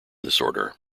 disorder